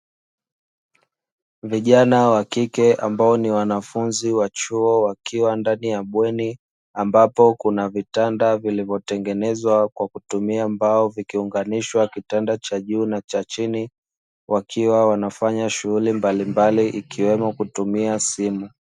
Vijana wa kike ambao ni wanafunzi wa chuo wakiwa ndani ya bweni ambapo kuna vitanda vilivyotengenezwa kwa kutumia mbao vikiunganishwa kitanda cha juu na cha chini, wakiwa wanafanya shughuli mbalimbali ikiwemo kutumia simu.